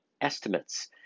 estimates